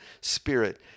spirit